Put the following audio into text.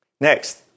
Next